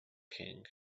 king